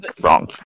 wrong